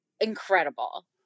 incredible